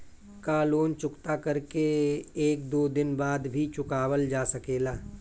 का लोन चुकता कर के एक दो दिन बाद भी चुकावल जा सकेला?